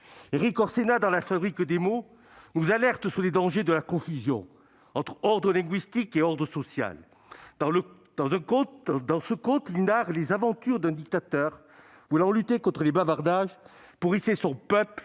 Erik Orsenna, dans, nous alerte sur les dangers de la confusion entre ordre linguistique et ordre social. Dans ce conte, il narre les aventures d'un dictateur qui, voulant lutter contre les bavardages pour hisser son pays